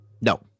No